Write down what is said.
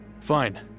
Fine